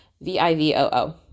V-I-V-O-O